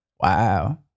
Wow